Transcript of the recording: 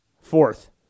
Fourth